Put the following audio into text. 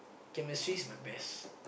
chemistry's my best